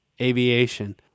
Aviation